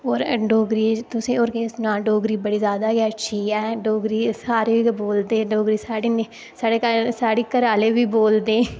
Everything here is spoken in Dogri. ते डोगरी ई तुसें ई होर केह् सनांऽ डोगरी बड़ी ज्यादा गै अच्छी ऐ डोगरी सारे गै बोलदे डोगरी साढ़े ने साढ़े घरैआह्ले बी बोलदे